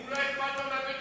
הוא לא אכפת לו אדוני,